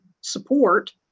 support